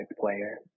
player